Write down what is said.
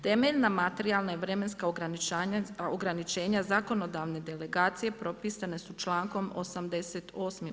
Temeljena materijalna i vremenska ograničenja zakonodavne delegacije propisane su člankom 88.